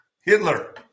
Hitler